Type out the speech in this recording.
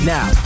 Now